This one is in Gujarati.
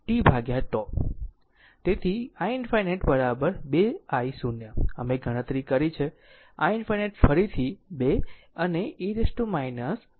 તેથી i ∞ 2 i0 અમે ગણતરી કરી છે i ∞ ફરીથી 2 અને e t 15 t